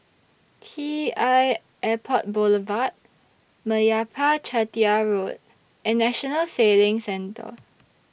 T L Airport Boulevard Meyappa Chettiar Road and National Sailing Centre